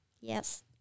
Yes